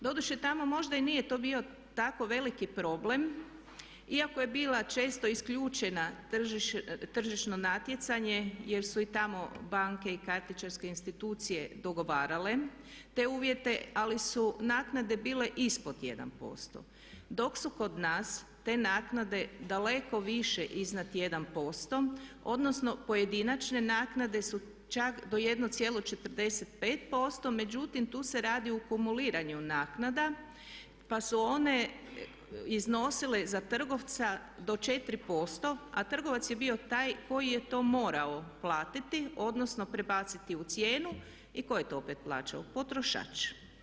Doduše, tamo možda i nije bio tako veliki problem iako je bila često isključena tržišno natjecanje jer su i tamo banke i kartičarske institucije dogovarale te uvjete ali su naknade bile ispod 1% dok su kod nas te naknade daleko više iznos 1% odnosno pojedinačne naknade su čak do 1,45%, međutim tu se radi o kumuliranju naknada pa su one iznosile za trgovca do 4% a trgovac je bio taj koji je to morao platiti odnosno prebaciti u cijenu i tko je to opet plaćao, potrošač.